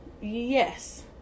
Yes